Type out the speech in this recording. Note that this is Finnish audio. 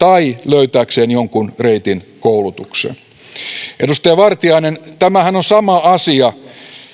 tai löytääkseen jonkun reitin koulutukseen edustaja vartiainen tämähän on sama asia